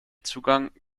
zugang